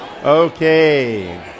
Okay